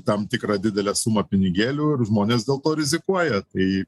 tam tikrą didelę sumą pinigėlių ir žmonės dėl to rizikuoja tai